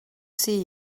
see